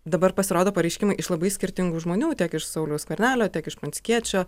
dabar pasirodo pareiškimai iš labai skirtingų žmonių tiek iš sauliaus skvernelio tiek iš pranckiečio